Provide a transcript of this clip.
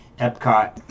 epcot